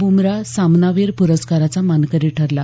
ब्रमरा सामनावीर पुरस्काराचा मानकरी ठरला